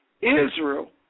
Israel